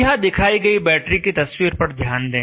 अब यहां दिखाई गई बैटरी की तस्वीर पर ध्यान दें